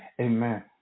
Amen